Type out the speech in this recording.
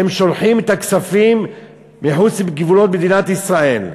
הם שולחים את הכספים מחוץ לגבולות מדינת ישראל.